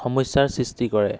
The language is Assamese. সমস্যাৰ সৃষ্টি কৰে